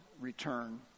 return